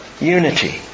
unity